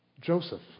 Joseph